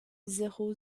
zéro